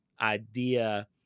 idea